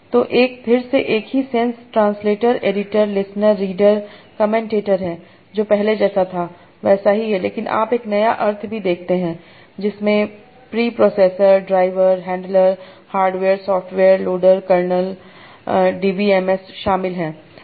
तो एक फिर से एक ही sense translator editor listener reader commentator है जो पहले जैसा था वैसा ही है लेकिन आप एक नया अर्थ भी देखते हैं जिसमें preprocessor driver handler hardware software loader kernel D B M S शामिल हैं